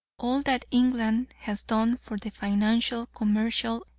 all that england has done for the financial, commercial,